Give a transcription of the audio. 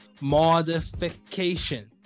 Modification